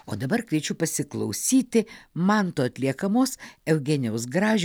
o dabar kviečiu pasiklausyti manto atliekamos eugenijaus gražio